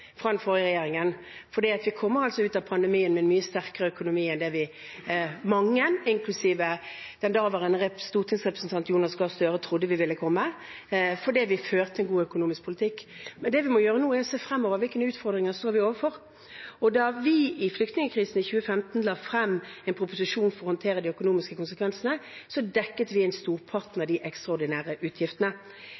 fra den forrige regjeringen. For vi kom altså ut av pandemien med en mye sterkere økonomi enn det mange, inklusiv den daværende stortingsrepresentanten Jonas Gahr Støre, trodde vi ville gjøre, fordi vi førte en god økonomisk politikk. Men det vi må gjøre nå, er å se fremover: Hvilke utfordringer står vi overfor? Da vi i flyktningkrisen i 2015 la frem en proposisjon for å håndtere de økonomiske konsekvensene, dekket vi inn storparten av de ekstraordinære utgiftene. Vi er nå, for øyeblikket, i en